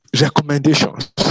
recommendations